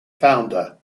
founder